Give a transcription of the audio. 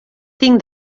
tinc